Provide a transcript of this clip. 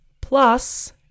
Plus